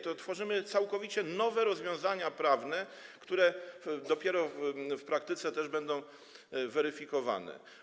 Tworzymy całkowicie nowe rozwiązania prawne, które dopiero w praktyce będą weryfikowane.